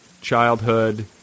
childhood